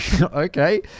Okay